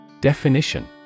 Definition